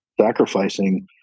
sacrificing